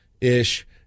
ish